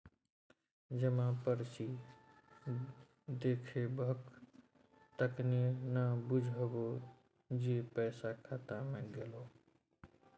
जमा पर्ची देखेबहक तखने न बुझबौ जे पैसा खाता मे गेलौ